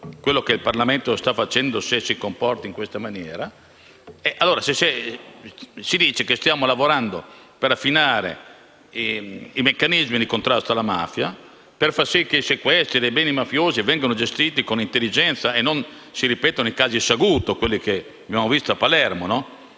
ciò che il Parlamento sta facendo, se si comporta in questa maniera - dove si dice che stiamo lavorando per affinare i meccanismi di contrasto alla mafia per far sì che i sequestri dei beni mafiosi vengano gestiti con intelligenza e non si ripetano i casi Saguto, a cui abbiamo assistito a Palermo. Mi